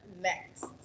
next